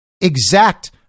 exact